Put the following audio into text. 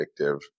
addictive